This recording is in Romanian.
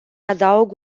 adaug